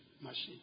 machine